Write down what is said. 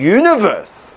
universe